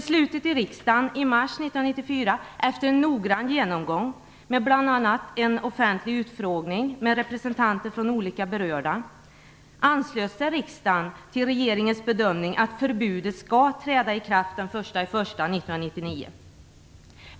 Beslutet i riksdagen i mars 1994 efter en noggrann genomgång med bl.a. en offentlig utfrågning med representanter från olika berörda, anslöt sig riksdagen till regeringens bedömning att förbudet skall träda i kraft den 1 januari 1999.